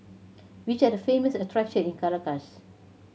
which are the famous attraction in Caracas